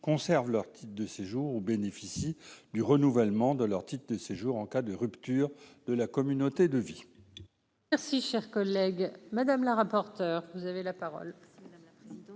conservent leur type de séjour bénéficie du renouvellement de leur titre de séjour en cas de rupture de la communauté de vie. Merci, cher collègue Madame la rapporteure, vous avez la parole.